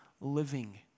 living